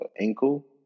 ankle